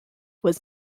was